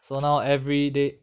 so now every day